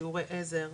שיעורי עזר,